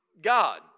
God